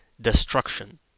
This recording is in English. destruction